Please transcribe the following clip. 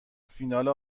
فینال